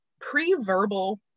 pre-verbal